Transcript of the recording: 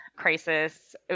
crisis